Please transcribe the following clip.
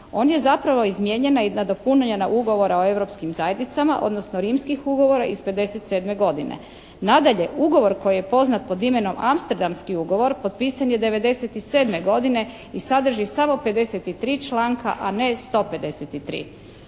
On je zapravo izmijenjen i nadopunjen na Ugovor o europskim zajednicama, odnosno Rimskih ugovora iz '57. godine. Nadalje, ugovor koji je poznat pod imenom Amsterdamski ugovor potpisan je '97. godine i sadrži samo 53. članka, a ne 153.